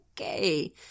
Okay